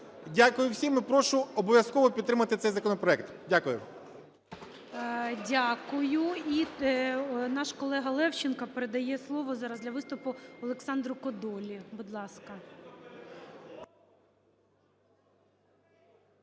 Дякую всім. І прошу обов'язково підтримати цей законопроект. Дякую. ГОЛОВУЮЧИЙ. Дякую. І наш колега Левченко передає слово зараз для виступу Олександру Кодолі, будь ласка.